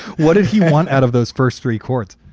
what did he want out of those first three chords?